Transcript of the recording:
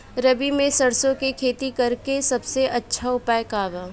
रबी में सरसो के खेती करे के सबसे अच्छा उपाय का बा?